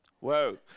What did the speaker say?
Whoa